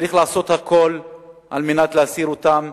צריך לעשות הכול על מנת להסיר אותם,